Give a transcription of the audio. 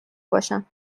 باشم